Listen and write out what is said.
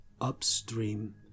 upstream